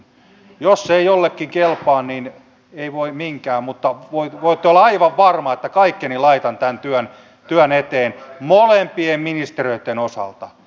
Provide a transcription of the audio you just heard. jos se ei jollekin kelpaa niin ei voi minkään mutta voitte olla aivan varma että kaikkeni laitan tämän työn eteen molempien ministeriöitten osalta